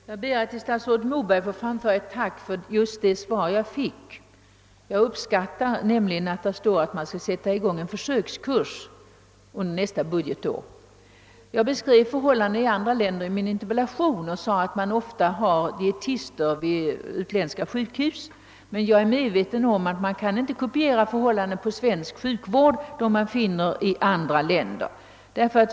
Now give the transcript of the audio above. Herr talman! Jag ber att till statsrådet Moberg få framföra mitt tack för just det svar som jag erhållit. Jag uppskattar nämligen att av svaret framgår att man skall sätta i gång en försökskurs för dietister nästa budgetår. I min interpellation har jag beskrivit förhållandena i andra länder och framhållit, att det ofta finns dietister vid utländska sjukhus. Jag är emellertid medveten om att man inte inom svensk sjukvård kan kopiera förhållanden i andra länder.